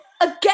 Again